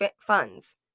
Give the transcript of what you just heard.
funds